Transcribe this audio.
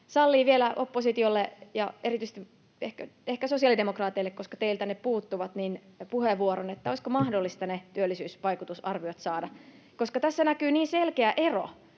oppositiolle ja erityisesti ehkä sosiaalidemokraateille, koska teiltä ne puuttuvat, olisiko mahdollista ne työllisyysvaikutusarviot saada. Tässä näkyy niin selkeä ero.